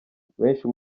benshi